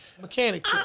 mechanic